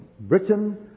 Britain